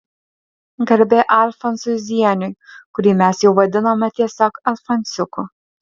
garbė alfonsui zieniui kurį mes jau vadinome tiesiog alfonsiuku